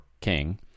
king